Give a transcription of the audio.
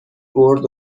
برد